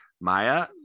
Maya